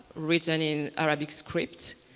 written in arabic script.